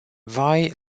vai